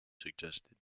suggested